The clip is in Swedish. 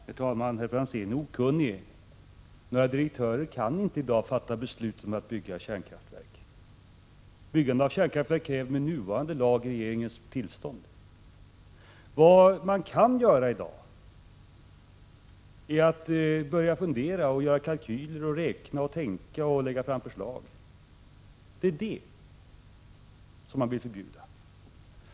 Herr talman! Herr Franzén är okunnig: Några direktörer kan inte i dag fatta beslut om att bygga kärnkraftverk. Byggande av kärnkraftverk kräver med nuvarande lag regeringens tillstånd. Vad man kan göra i dag är att börja fundera, göra kalkyler, räkna, tänka och lägga fram förslag. Det är detta som man vill förbjuda.